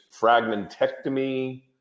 fragmentectomy